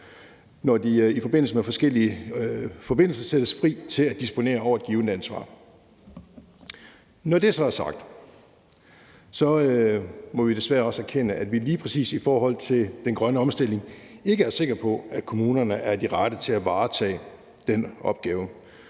når de i forskellige forbindelser sættes fri til at disponere over et givent ansvar. Når det så er sagt, må vi desværre også erkende, at lige præcis i forhold til den grønne omstilling er vi ikke sikre på, at kommunerne er de rette til at varetage den opgave.